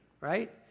right